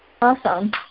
Awesome